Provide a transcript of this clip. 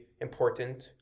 important